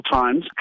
times